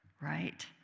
right